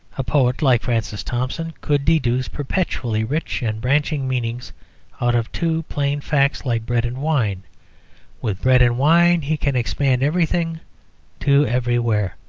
a poet like francis thompson could deduce perpetually rich and branching meanings out of two plain facts like bread and wine with bread and wine he can expand everything to everywhere.